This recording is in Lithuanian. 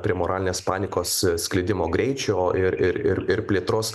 prie moralinės panikos sklidimo greičio ir ir plėtros